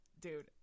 dude